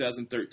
2013